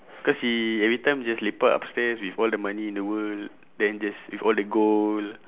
cause he every time just lepak upstairs with all the money in the world then just with all the gold